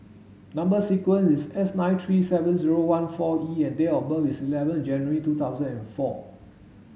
number sequence is S nine three seven zero one four E and date of birth is eleven January two thousand and four